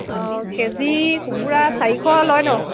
অঁ কেজি কুকুৰা চাৰিশ লয় ন